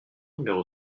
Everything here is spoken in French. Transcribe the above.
numéro